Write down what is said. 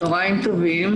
צהריים טובים.